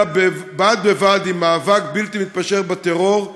אלא בד בבד עם מאבק בלתי מתפשר בטרור,